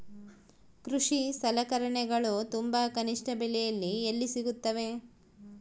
ಕೃಷಿ ಸಲಕರಣಿಗಳು ತುಂಬಾ ಕನಿಷ್ಠ ಬೆಲೆಯಲ್ಲಿ ಎಲ್ಲಿ ಸಿಗುತ್ತವೆ?